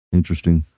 interesting